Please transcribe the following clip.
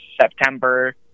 september